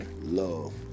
love